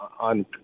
on